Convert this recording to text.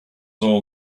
all